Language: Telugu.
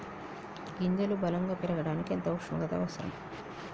గింజలు బలం గా పెరగడానికి ఎంత ఉష్ణోగ్రత అవసరం?